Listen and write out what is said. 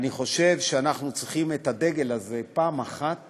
אני חושב שאנחנו צריכים פעם אחת